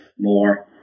more